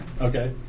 Okay